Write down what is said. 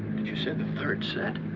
did you say the third set?